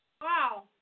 Wow